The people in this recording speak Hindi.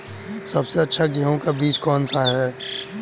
सबसे अच्छा गेहूँ का बीज कौन सा है?